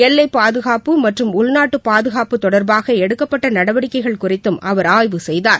எல்லைப்பாதுகாப்பு மற்றும் உள்நாட்டு பாதுகாப்பு தொடர்பாக எடுக்கப்பட்ட நடவடிக்கைகள் குறித்தும் அவர் ஆய்வு செய்தார்